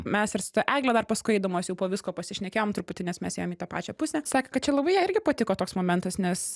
mes ir su ta egle dar paskui eidamos jau po visko pasišnekėjom truputį nes mes ėjom į tą pačią pusę sakė kad čia labai jai irgi patiko toks momentas nes